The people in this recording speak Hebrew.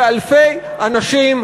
ואלפי אנשים,